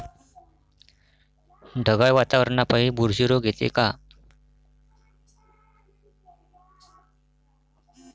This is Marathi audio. ढगाळ वातावरनापाई बुरशी रोग येते का?